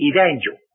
Evangel